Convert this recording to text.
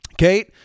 Kate